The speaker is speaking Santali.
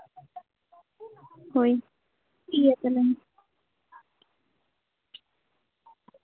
ᱦᱳᱭ ᱴᱷᱤᱠᱜᱮᱭᱟ ᱛᱟᱞᱚᱦᱮ